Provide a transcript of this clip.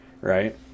right